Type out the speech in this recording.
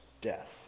death